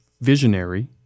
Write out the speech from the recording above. visionary